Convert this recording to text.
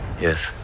yes